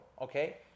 okay